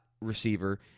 receiver